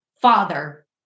father